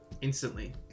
instantly